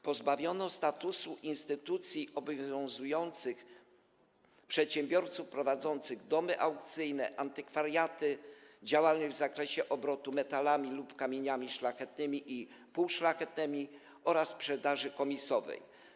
Pozbawiono statusu instytucji obowiązanej przedsiębiorców prowadzących domy aukcyjne, antykwariaty, działalność w zakresie obrotu metalami lub kamieniami szlachetnymi i półszlachetnymi oraz w zakresie sprzedaży komisowej.